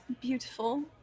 beautiful